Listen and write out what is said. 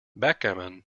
backgammon